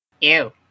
Ew